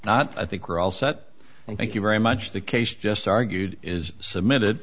not i think we're all set thank you very much the case just argued is submitted